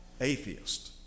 atheist